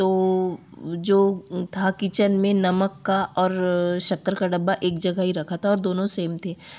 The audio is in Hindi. तो जो था कीचेन में नमक का और शक्कर का डब्बा एक जगह ही रखा था दोनों सैम थे